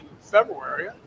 February